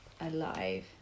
alive